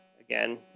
Again